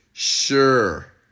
Sure